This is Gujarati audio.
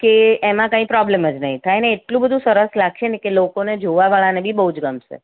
કે એમાં કઈ પ્રોબ્લેમ જ નહીં થાય અને એટલું બધું સરસ લાગશેને કે લોકોને જોવાવાળાને બી બહુ જ ગમશે